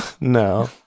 no